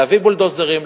להביא בולדוזרים,